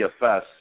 DFS